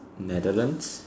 Netherlands